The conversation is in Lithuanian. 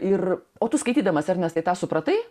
ir o tu skaitydamas ernestai tą supratai